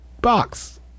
...box